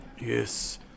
Yes